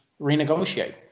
Renegotiate